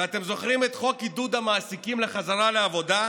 ואתם זוכרים את חוק עידוד המעסיקים להחזרה לעבודה?